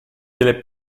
delle